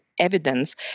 evidence